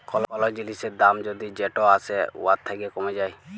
call জিলিসের দাম যদি যেট আসে উয়ার থ্যাকে কমে যায়